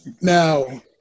Now